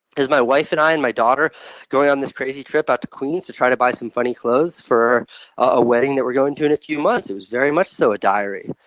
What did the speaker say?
my wife and i and my daughter going on this crazy trip out to queens to try to buy some funny clothes for a wedding that we're going to in a few months. it was very much so a diary.